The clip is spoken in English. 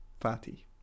Fatty